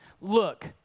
look